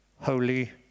holy